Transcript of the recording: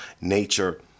nature